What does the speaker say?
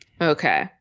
okay